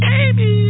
Baby